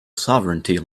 sovereignty